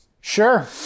Sure